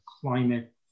climate